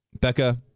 Becca